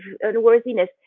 unworthiness